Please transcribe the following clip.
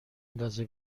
ندازه